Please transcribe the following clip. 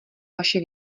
vaše